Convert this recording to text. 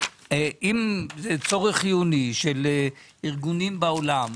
אם זה צורך חיוני של ארגונים בעולם,